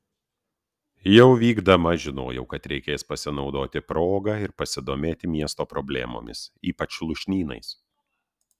jau vykdama žinojau kad reikės pasinaudoti proga ir pasidomėti miesto problemomis ypač lūšnynais